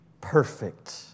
perfect